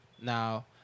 Now